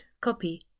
copy